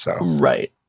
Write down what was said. Right